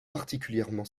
particulièrement